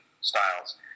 styles